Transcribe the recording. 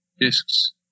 discs